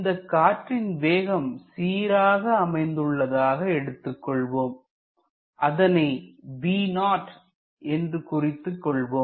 இந்தக் காற்றின் வேகம் சீராக அமைந்துள்ளதாக எடுத்துக்கொள்வோம் அதனை V0 என்று குறித்துக் கொள்வோம்